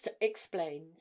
Explains